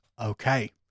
Okay